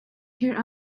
here